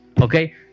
okay